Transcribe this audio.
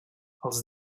als